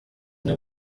umwe